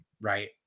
right